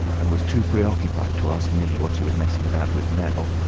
and was too preoccupied to ask millie what she was messing about with now,